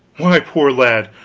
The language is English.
why, poor lad,